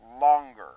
longer